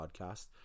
podcast